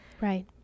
Right